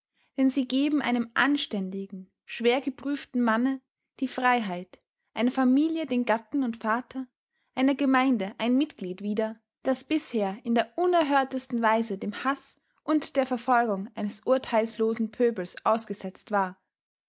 denn sie geben einem anständigen schwergeprüften manne die freiheit einer familie den gatten und vater einer gemeinde ein mitglied wieder das bisher in der unerhörtesten weise dem haß und der verfolgung eines urteilslosen pöbels ausgesetzt war